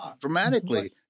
dramatically